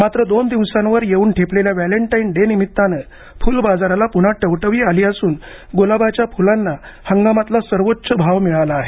मात्र दोन दिवसांवर येऊन ठेपलेल्या व्हॅलेंटाईन डे निमित्ताने फुलबाजाराला पुन्हा टवटवी आलीअसून गुलाबांच्या फुलांना हंगामातला सर्वोच्च भाव मिळाला आहे